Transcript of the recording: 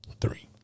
three